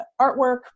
artwork